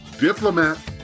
Diplomat